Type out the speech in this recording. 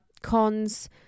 Cons